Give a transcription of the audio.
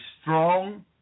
strong